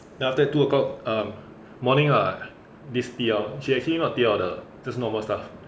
then after that two o'clock um morning uh this T_L she actually not T_L 的 just normal staff